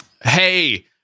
Hey